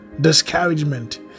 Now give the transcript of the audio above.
discouragement